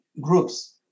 groups